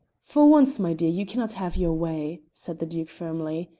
for once, my dear, you cannot have your way, said the duke firmly.